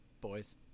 boys